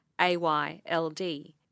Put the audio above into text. AYLD